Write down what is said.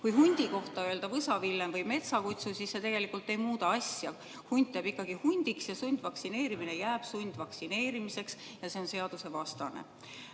Kui hundi kohta öelda võsavillem või metsakutsu, siis see tegelikult ei muuda asja, hunt jääb ikkagi hundiks. Sundvaktsineerimine jääb sundvaktsineerimiseks ja see on seadusvastane.